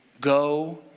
Go